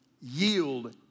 yield